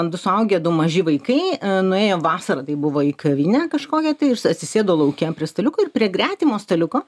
du suaugę du maži vaikai nuėjo vasara tai buvo į kavinę kažkokią tai atsisėdo lauke prie staliuko ir prie gretimo staliuko